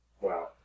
Wow